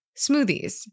Smoothies